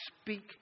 speak